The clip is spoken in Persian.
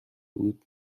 بود